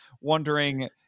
wondering